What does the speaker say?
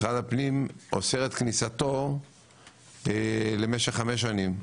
משרד הפנים אוסר את כניסתו למשך חמש שנים.